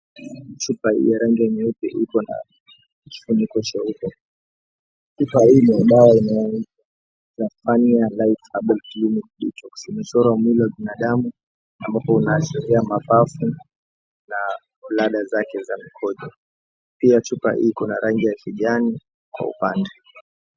Chupa hii ya rangi nyeupe iko na kifuniko cheupe chupa hii ni dawa inayoitwa Zefania Light Herbal Clinic Detox imechorwa mwili wa binadamu ambapo unaashiria mapafu na bladder zake za mkojo, pia chupa iko na rangi ya kijani kwa upande.